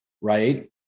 Right